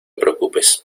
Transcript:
preocupes